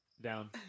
Down